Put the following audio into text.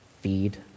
feed